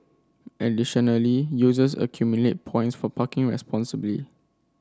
additionally users accumulate points for parking responsibly